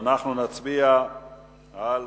ואנחנו נצביע על